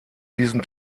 diesen